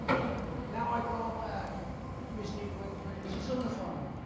now i call back give me steve wynn, please. he's on the phone.